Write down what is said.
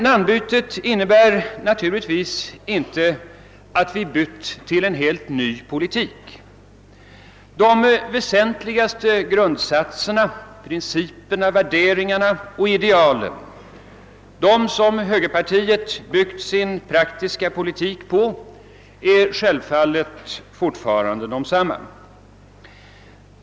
Namnbytet innebär emellertid naturligtvis inte att vi bytt till en helt ny politik. De väsentligaste grundsatserna, principerna, värderingarna och idealen, som högerpartiet byggt sin praktiska politik på, är självfallet fortfarande desamma.